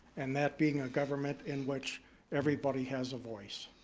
and that being a government in which everybody has a voice.